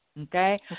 Okay